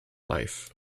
life